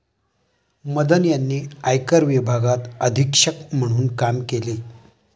मदन यांनी आयकर विभागात अधीक्षक म्हणून काम केले